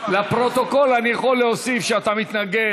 לפרוטוקול אני יכול להוסיף שאתה מתנגד,